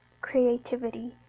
creativity